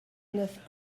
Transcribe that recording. neuf